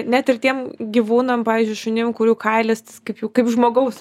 net ir tiem gyvūnam pavyzdžiui šunim kurių kailis kaip jau kaip žmogaus